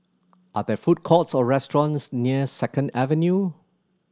are there food courts or restaurants near Second Avenue